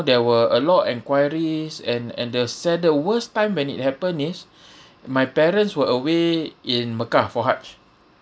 there were a lot of enquiries and and the sad the worst time when it happenned is my parents were away in mecca for hajj